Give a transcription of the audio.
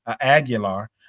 Aguilar